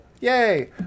yay